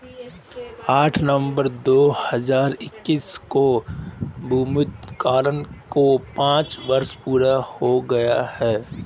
आठ नवंबर दो हजार इक्कीस को विमुद्रीकरण के पांच वर्ष पूरे हो गए हैं